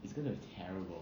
it's going be terrible